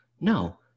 No